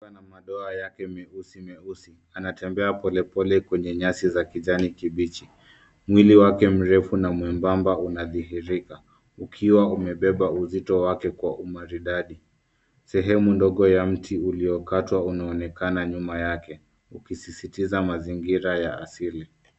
Ana madoa yake meusi meusi. Anatembea polepole kwenye nyasi za kijani kibichi . Mwili wake mrefu na mwembamba unadhihirika ukiwa umebeba uzito wake kwa umaridadi. Sehemu ndogo ya mti uliokatwa unaonekana nyuma yake ukisisitiza mazingira ya asili.